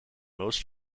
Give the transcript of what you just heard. most